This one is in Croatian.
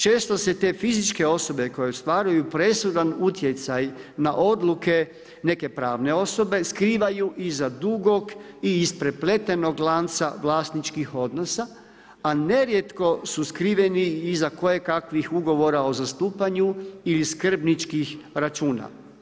Često se te fizičke osobe koje ostvaruju presudan utjecaj na odluke neke pravne osobe skrivaju iza dugog i isprepletenog lanca vlasničkih odnosa, a nerijetko su skriveni iza kojekakvih ugovora o zastupanju ili skrbničkih računa.